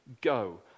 Go